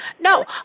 No